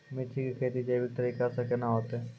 मिर्ची की खेती जैविक तरीका से के ना होते?